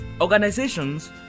Organizations